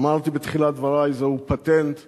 אמרתי בתחילת דברי: זהו פטנט ישראלי,